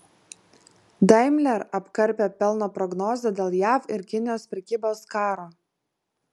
daimler apkarpė pelno prognozę dėl jav ir kinijos prekybos karo